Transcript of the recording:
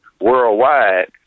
worldwide